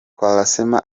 quaresma